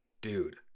dude